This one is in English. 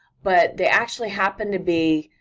but they actually happen to be.